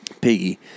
piggy